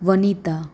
Vanita